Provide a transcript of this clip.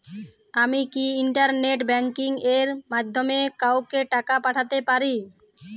আমি কি internet banking এর মাধ্যমে কাওকে টাকা পাঠাতে পারি?